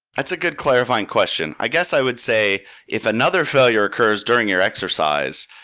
that's a good clarifying question. i guess i would say if another failure occurs during your exercise,